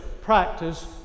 practice